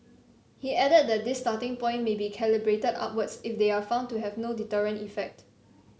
he added that this starting point may be calibrated upwards if they are found to have no deterrent effect